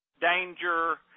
danger